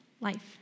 life